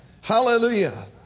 Hallelujah